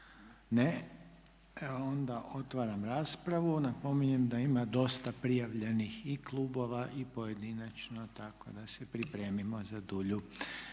Ne. E onda otvaram raspravu. Napominjem da ima dosta prijavljenih i klubova i pojedinačno, tako da se pripremimo za dulju